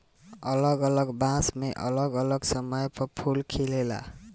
अलग अलग बांस मे अलग अलग समय पर फूल खिलेला